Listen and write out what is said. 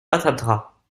patatras